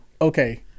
okay